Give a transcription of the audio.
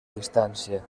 distància